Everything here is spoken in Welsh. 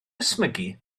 ysmygu